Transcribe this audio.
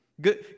Good